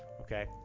okay